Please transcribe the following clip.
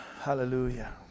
Hallelujah